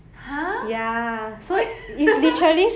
!huh! wait